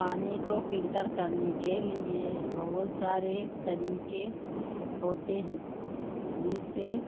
پانی کو فلٹر کرنے کے لیے بہت سارے طریکے ہوتے ہیں جس سے